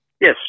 Yes